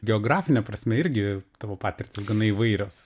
geografine prasme irgi tavo patirtys gana įvairios